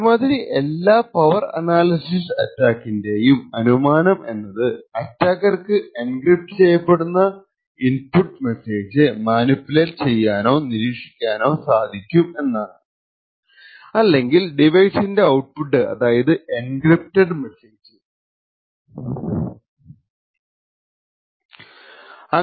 ഒരുമാതിരി എല്ലാ power analysis അറ്റാക്കിന്റെയും അനുമാനം എന്നത് അറ്റാക്കർക്കു എൻക്രിപ്റ്റ് ചെയ്യപ്പെടുന്ന ഇൻപുട്ട് മെസ്സേജ് മാനിപുലേറ്റ് ചെയ്യാനോ നിരീക്ഷിക്കണോ സാധിക്കും എന്നാണ് അല്ലെങ്കിൽ ഡിവൈസിന്റെ ഔട്പുട്ട് അതായത് എൻക്രിപ്റ്റഡ് മെസേജ്